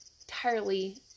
entirely